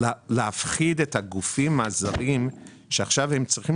לא להפחיד את הגופים הזרים שעכשיו הם צריכים